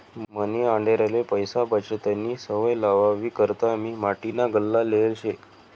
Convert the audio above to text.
मनी आंडेरले पैसा बचतनी सवय लावावी करता मी माटीना गल्ला लेयेल शे